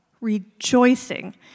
rejoicing